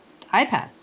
iPad